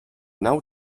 nau